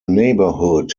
neighbourhood